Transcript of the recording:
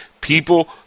People